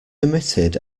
emitted